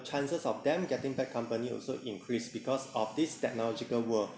chances of them getting bad company also increase because of this technological world